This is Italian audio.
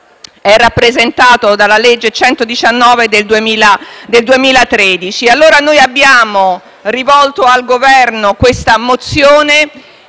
è rappresentato dalla legge n. 119 del 2013. Noi abbiamo rivolto al Governo questa mozione